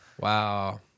Wow